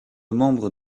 membres